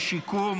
(תיקון,